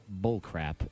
bullcrap